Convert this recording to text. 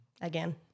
again